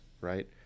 right